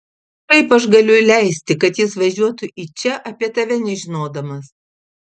kaip aš galiu leisti kad jis važiuotų į čia apie tave nežinodamas